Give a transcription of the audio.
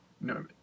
No